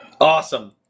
Awesome